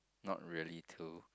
not really two